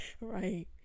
Right